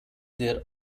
der